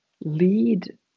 lead